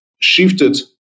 shifted